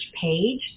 page